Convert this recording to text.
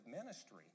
ministry